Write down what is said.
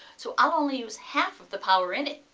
so i'll only use half of the power in it.